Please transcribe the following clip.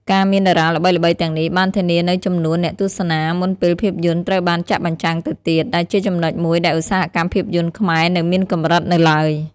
ការមានតារាល្បីៗទាំងនេះបានធានានូវចំនួនអ្នកទស្សនាមុនពេលភាពយន្តត្រូវបានចាក់បញ្ចាំងទៅទៀត ដែលជាចំណុចមួយដែលឧស្សាហកម្មភាពយន្តខ្មែរនៅមានកម្រិតនៅឡើយ។